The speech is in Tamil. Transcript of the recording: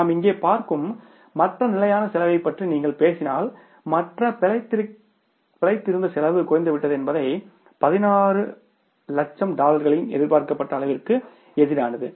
நாம் இங்கே பார்க்கும் மற்ற நிலையான செலவைப் பற்றி நீங்கள் பேசினால் மற்ற பிழைத்திருத்த செலவு குறைந்துவிட்டது என்பது 160000 டாலர்களின் எதிர்பார்க்கப்பட்ட அளவிற்கு எதிரானது